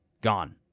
Gone